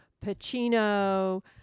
Pacino